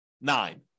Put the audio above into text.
nine